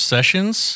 Sessions